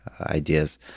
ideas